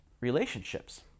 relationships